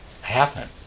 happen